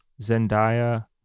zendaya